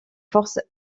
forces